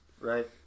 Right